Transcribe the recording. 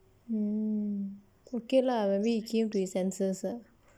mm okay lah I mean he came to his senses